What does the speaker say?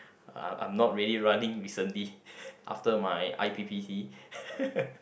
uh I'm not really running recently after my I_p_p_T